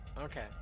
okay